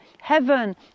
heaven